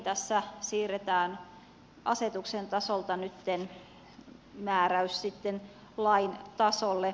tässä siirretään asetuksen tasolta nytten määräys lain tasolle